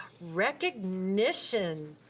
recognition.